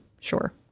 sure